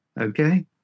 okay